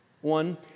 One